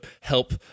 help